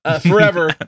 forever